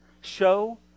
Show